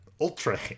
ultra